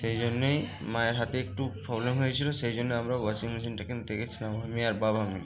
সেই জন্যই মায়ের হাতে একটু প্রবলেম হয়েছিলো সেই জন্য আমরা ওয়াশিং মেশিনটা কিনতে গেছিলাম আমি আর বাবা মিলে